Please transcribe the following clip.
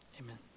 amen